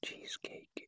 Cheesecake